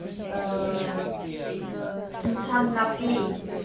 ꯑꯦꯟꯁꯥꯡ ꯅꯥꯄꯤ